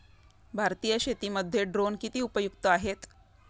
भारतीय शेतीमध्ये ड्रोन किती उपयुक्त आहेत?